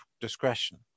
discretion